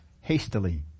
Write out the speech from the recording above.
hastily